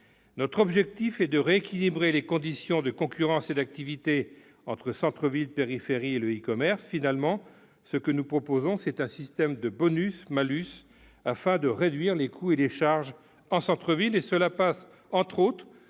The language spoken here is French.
Notre objectif est de rééquilibrer les conditions de concurrence et d'activité entre centre-ville, périphérie et e-commerce. Finalement, ce que nous proposons, c'est un système de bonus-malus destiné à réduire les coûts et les charges en centre-ville.